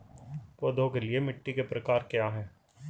पौधों के लिए मिट्टी के प्रकार क्या हैं?